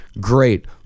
great